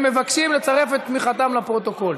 הם מבקשים לצרף את תמיכתם לפרוטוקול.